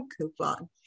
coupon